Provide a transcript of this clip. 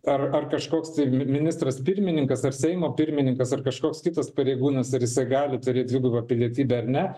ar ar kažkoks tai ministras pirmininkas ar seimo pirmininkas ar kažkoks kitas pareigūnas ir jisai gali turėt dvigubą pilietybę ar ne